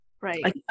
Right